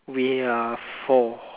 we are four